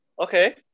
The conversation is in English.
Okay